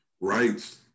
rights